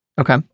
Okay